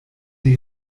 die